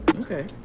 okay